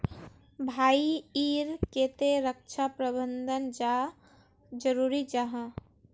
भाई ईर केते रक्षा प्रबंधन चाँ जरूरी जाहा?